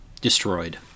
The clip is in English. destroyed